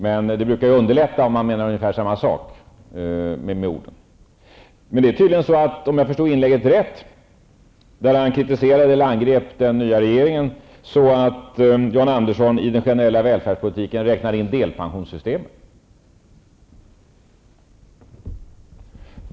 Men det brukar underlätta om man menar ungefär samma sak med orden. Om jag förstod Jan Anderssons inlägg rätt, där han kritiserade och angrep den nya regeringen, så räknar Jan Andersson i den generella välfärdspolitiken in delpensionssystemet.